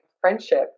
friendship